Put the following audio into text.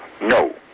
No